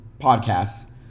podcasts